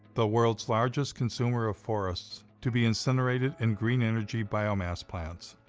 the world's largest consumer of forests, to be incinerated in green energy biomass plants.